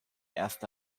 erst